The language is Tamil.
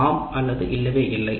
ஆம் அல்லது இல்லவே இல்லை